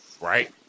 right